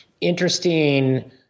interesting